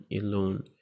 alone